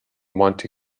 monte